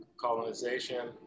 colonization